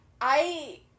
I-